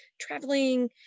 traveling